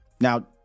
Now